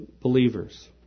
believers